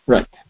Right